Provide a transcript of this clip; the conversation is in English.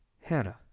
Hannah